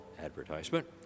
advertisement